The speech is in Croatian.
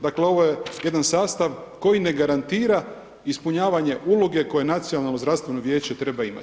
Dakle ovo je jedan sastav koji ne garantira ispunjavanje uloge koju Nacionalno zdravstveno vijeće treba imati.